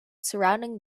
surrounding